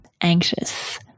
anxious